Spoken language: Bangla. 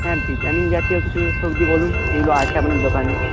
হ্যাঁ ভিটামিন জাতীয় কিছু সবজি বলুন যেগুলো আছে আপনার দোকানে